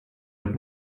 der